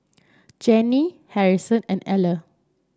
Jenny Harrison and Eller